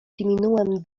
diminuen